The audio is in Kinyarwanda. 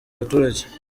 abaturage